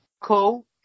Cool